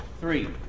Three